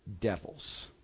devils